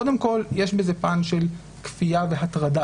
קודם כול יש בזה פן של כפייה והטרדה,